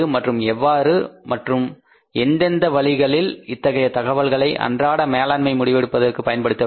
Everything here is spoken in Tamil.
மற்றும் எவ்வாறு மற்றும் எந்தெந்த வழிகளில் இத்தகைய தகவல்களை அன்றாட மேலாண்மை முடிவெடுப்பதற்கு பயன்படுத்துவது